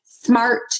smart